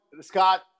Scott